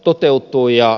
arvoisa puhemies